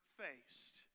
faced